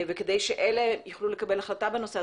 וכדי שאלה יוכלו לקבל החלטה בנושא,